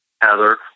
Heather